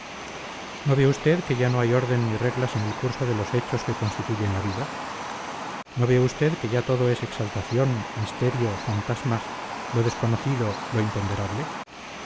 no ve usted que ya no hay orden ni reglas en el curso de los hechos que constituyen la vida no ve usted que ya todo es exaltación misterio fantasmas lo desconocido lo imponderable